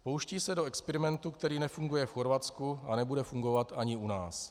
Pouští se do experimentů, který nefunguje v Chorvatsku a nebude fungovat ani u nás.